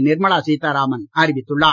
நிர்மலா சீதாராமன் அறிவித்துள்ளார்